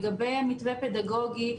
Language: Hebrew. לגבי מתווה פדגוגי,